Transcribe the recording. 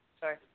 Sorry